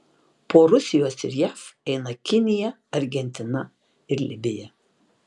po rusijos ir jav eina kinija argentina ir libija